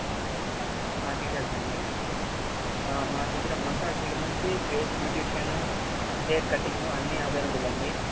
ఓహ్ అదా ఆ డీటైల్సా అండి మా దగ్గర మసాజ్ దగ్గర నుంచి ఫేస్ బ్యూటీషియను హెయిర్ కట్టింగ్ అన్ని అవైలబుల్ అండి